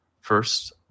First